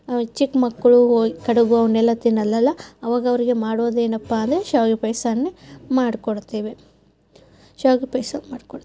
ಚಿಕ್ಕ ಮಕ್ಕಳು ಹೊ ಕಡಬು ಅವನ್ನೆಲ್ಲ ತಿನ್ನೋಲ್ಲಲ್ಲ ಆವಾಗ ಅವ್ರಿಗೆ ಮಾಡೋದು ಏನಪ್ಪ ಅಂದರೆ ಶಾವಿಗೆ ಪಾಯಸವನ್ನೇ ಮಾಡ್ಕೊಡ್ತೇವೆ ಶಾವಿಗೆ ಪಾಯಸ ಮಾಡಿ ಕೊಡು